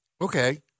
Okay